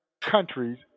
countries